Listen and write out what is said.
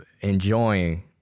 enjoying